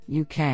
UK